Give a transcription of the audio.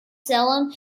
salem